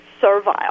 servile